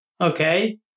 okay